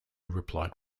replied